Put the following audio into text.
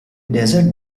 desert